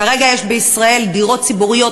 כרגע יש בישראל דירות ציבוריות,